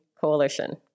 Coalition